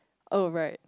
oh right